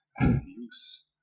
use